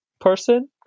person